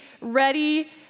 ready